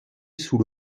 sous